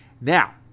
now